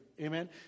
Amen